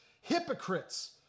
Hypocrites